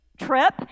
trip